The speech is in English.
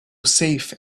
safe